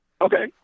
okay